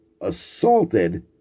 assaulted